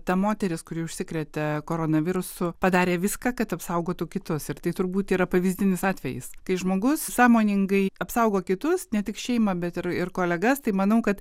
ta moteris kuri užsikrėtė koronavirusu padarė viską kad apsaugotų kitus ir tai turbūt yra pavyzdinis atvejis kai žmogus sąmoningai apsaugo kitus ne tik šeimą bet ir ir kolegas tai manau kad